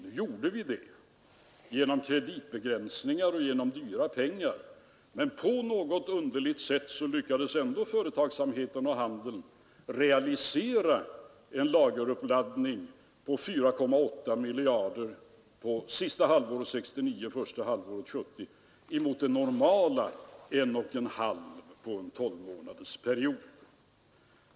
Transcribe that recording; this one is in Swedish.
Vi gjorde det genom kreditbegränsningar och genom dyra pengar, men på något underligt sätt lyckades ändå företagsamheten och handeln realisera en lageruppladdning på 4,8 miljarder under sista halvåret 1969 och första halvåret 1970 mot normalt 1,5 miljarder under en tolvmånadersperiod.